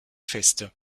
feste